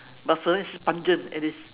but for them it's pungent and it's